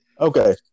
Okay